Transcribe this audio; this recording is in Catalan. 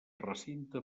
recinte